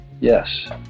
yes